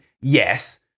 Yes